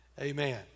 amen